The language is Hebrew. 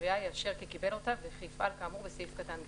הקריאה יאשר כי קיבל אותה וכי יפעל כאמור בסעיף קטן (ג).